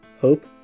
hope